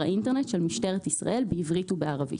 האינטרנט של משטרת ישראל בעברית ובערבית.